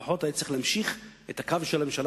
לפחות היה צריך להמשיך את הקו של הממשלה